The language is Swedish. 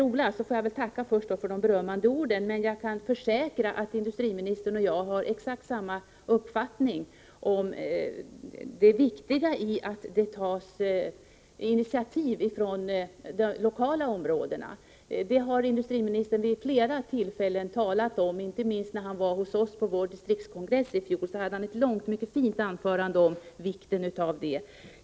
Jag får väl då först tacka för de berömmande orden, men jag kan försäkra att industriministern och jag har exakt samma uppfattning om det viktiga i att det tas initiativ från de lokala områdena. Det har industriministern talat om vid flera tillfällen. När han var på vår distriktskongress i fjol höll han ett långt, mycket fint anförande om vikten av det.